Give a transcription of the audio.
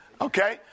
Okay